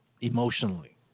emotionally